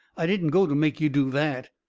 i didn't go to make you do that.